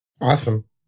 Awesome